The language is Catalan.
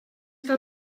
cal